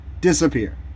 disappear